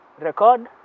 record